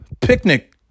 picnic